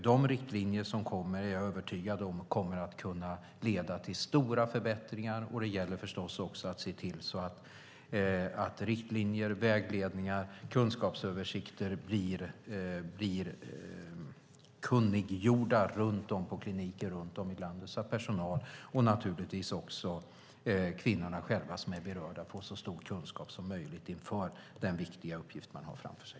De riktlinjer som kommer är jag övertygad om kommer att kunna leda till stora förbättringar, och det gäller förstås också att se till så att riktlinjer, vägledningar och kunskapsöversikter blir kunniggjorda på kliniker runt om i landet så att personal och naturligtvis också kvinnorna själva som är berörda får så stor kunskap som möjligt inför den viktiga uppgift de har framför sig.